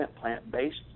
plant-based